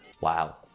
Wow